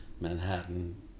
Manhattan